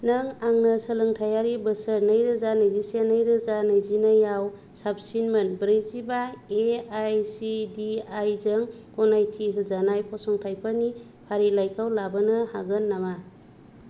नों आंनो सोलोंथायारि बोसोर नैरोेजा नैजिसे नैरोजा नैजिनैआव साबसिनमोन ब्रैजिबा एआइसिटिइ जों गनायथि होजानाय फसंथानफोरनि फारिलाइखौ लाबोनो हागोन नामा